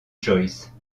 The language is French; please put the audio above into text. joyce